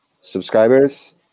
subscribers